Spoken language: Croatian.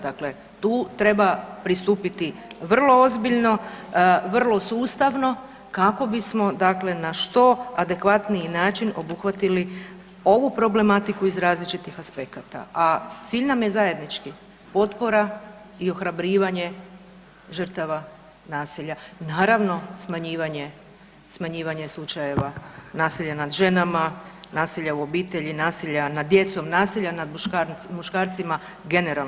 Dakle, tu treba pristupiti vrlo ozbiljno, vrlo sustavno kako bismo dakle na što adekvatniji način obuhvatili ovu problematiku iz različitih aspekata, a cilj nam je zajednički, potpora i ohrabrivanje žrtava nasilja i naravno, smanjivanje slučajeva nasilja nad ženama, nasilja u obitelji, nasilja nad djecom, nasilja nad muškarcima, generalno nasilja.